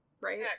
right